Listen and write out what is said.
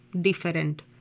different